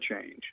change